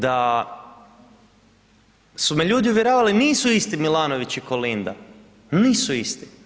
Da su me ljudi uvjeravali nisu isti Milanović i Kolinda, nisu isti.